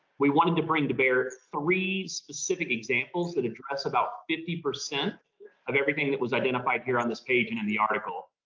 we wanted to bring to bear three specific examples that address about fifty percent of everything that was identified here on this page and in the article,